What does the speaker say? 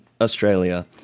Australia